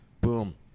boom